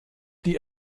die